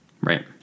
Right